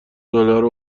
دلار